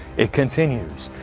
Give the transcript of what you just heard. it continues,